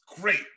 great